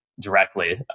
directly